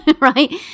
right